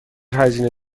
هزینه